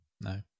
no